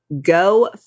go